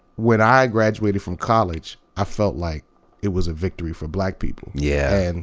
when i graduated from college, i felt like it was a victory for black people. yeah. and